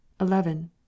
eleven